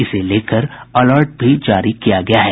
इसे लेकर अलर्ट भी जारी किया गया है